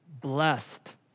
blessed